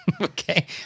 Okay